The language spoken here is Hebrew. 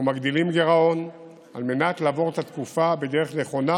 אנחנו מגדילים גירעון על מנת לעבור את התקופה בדרך נכונה,